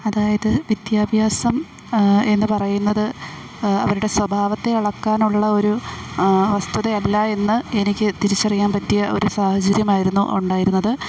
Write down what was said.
അതായത് വിദ്യാഭ്യാസം എന്നു പറയുന്നത് അവരുടെ സ്വഭാവത്തെ അളക്കാനുള്ള ഒരു വസ്തുതയല്ല എന്ന് എനിക്കു തിരിച്ചറിയാൻ പറ്റിയ ഒരു സാഹചര്യമായിരുന്നു ഉണ്ടായിരുന്നത്